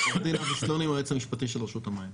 אבי סלונים, היועץ המשפטי של רשות המים,